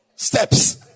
Steps